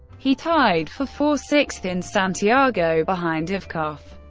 he tied for four sixth in santiago behind ivkov,